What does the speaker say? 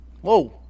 Whoa